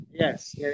Yes